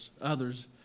others